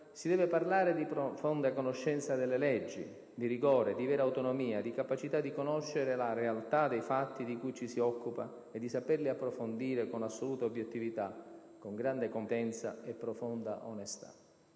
si deve parlare di profonda conoscenza delle leggi, di rigore, di vera autonomia, di capacità di conoscere la realtà dei fatti di cui ci si occupa e di saperli approfondire con assoluta obiettività, con grande competenza e profonda onestà.